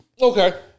Okay